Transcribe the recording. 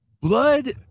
blood